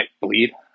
bleed